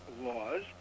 laws